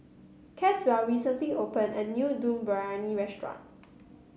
Caswell recently opened a new Dum Briyani Restaurant